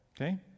okay